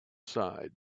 side